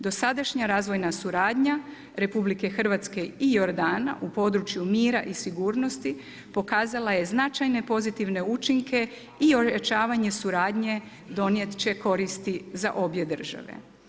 Dosadašnja razvojna suradnja RH i Jordana u području mira i sigurnosti, pokazala je značajne pozitivne učinke i ojačavanje suradnje, donijeti će koristi za obje države.